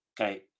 Okay